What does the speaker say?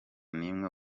n’imwe